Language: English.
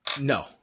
no